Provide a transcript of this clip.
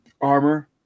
armor